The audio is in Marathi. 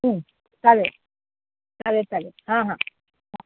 चालेल चालेल चालेल हां हां हां